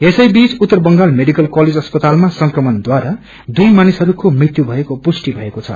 यसब्बीच उत्तर Bengal medical college अस्पतालमा संक्रमणद्वारा दुइ मानिसहरूकोमृत्यु भएको पुष्टि भएको छ